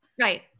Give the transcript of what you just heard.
Right